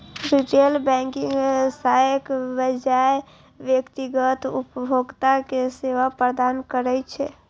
retail banking व्यवसायक बजाय व्यक्तिगत उपभोक्ता कें सेवा प्रदान करै छै